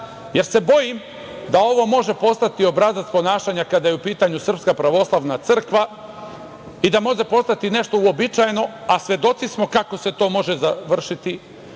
jer se bojim da ovo može postati obrazac ponašanja kada je u pitanju SPC i da može postati nešto uobičajeno, a svedoci smo kako se to može završiti,